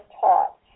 taught